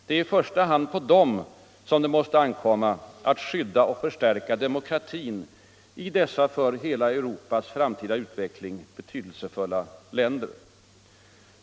Det är i första hand på dem som det måste ankomma att skydda och förstärka demokratin i dessa för hela Europas framtida utveckling betydelsefulla länder.